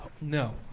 No